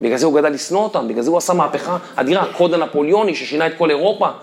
בגלל זה הוא גדל לשנוא אותם, בגלל זה הוא עשה מהפכה אדירה, הקוד הנאפוליוני ששינה את כל אירופה.